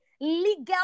legal